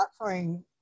offering